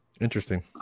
Interesting